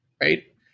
right